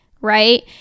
Right